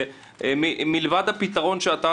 ומלבד הפתרון שאתה,